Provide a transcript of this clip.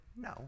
No